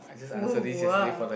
!woah!